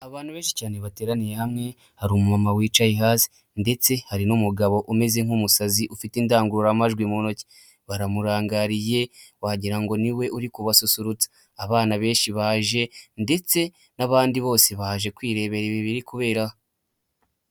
Abantu benshi cyane bateraniye hamwe hari umu mama wicaye hasi ndetse hari n'umugabo umeze nk'umusazi ufite indangururamajwi mu ntoki baramurangariye wagira ngo ni we uri kubasusurutsa, abana benshi baje ndetse n'abandi bose baje kwirebera ibi biri kubera aha.